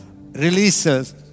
releases